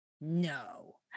No